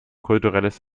kulturelles